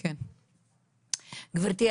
גברתי,